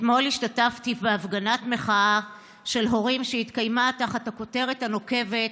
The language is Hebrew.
אתמול השתתפתי בהפגנת מחאה של הורים שהתקיימה תחת הכותרת הנוקבת: